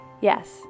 Yes